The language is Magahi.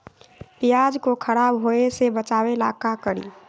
प्याज को खराब होय से बचाव ला का करी?